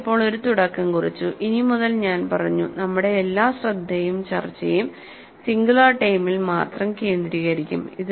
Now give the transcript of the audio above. നമ്മൾ ഇപ്പോൾ ഒരു തുടക്കം കുറിച്ചു ഇനി മുതൽ ഞാൻ പറഞ്ഞു നമ്മുടെ എല്ലാ ശ്രദ്ധയും ചർച്ചയും സിംഗുലാർ ടേമിൽ മാത്രം കേന്ദ്രീകരിക്കും